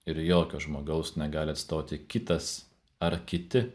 ir jokio žmogaus negali atstoti kitas ar kiti